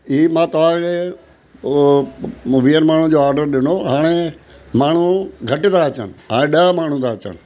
ई मां तव्हांखे उहो मूं वीहनि माण्हुनि जो ऑडर ॾिनो हाणे माण्हू घटि था अचनि हाणे ॾह माण्हू था अचनि